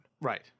Right